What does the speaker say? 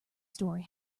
story